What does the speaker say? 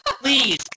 Please